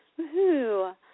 Woohoo